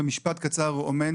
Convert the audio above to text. במי מכירים, מי מכשיר וכולי.